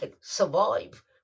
survive